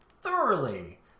Thoroughly